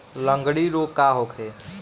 लगंड़ी रोग का होखे?